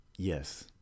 Yes